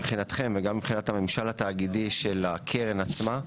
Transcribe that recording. מבחינתכם וגם מבחינת הממשל התאגידי של הקרן עצמה,